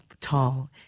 tall